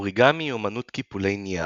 אוריגמי היא אמנות קיפולי נייר.